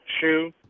shoe